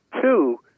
Two